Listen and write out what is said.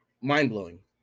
mind-blowing